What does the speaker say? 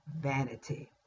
vanity